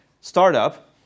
startup